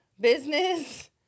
business